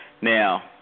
Now